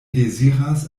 deziras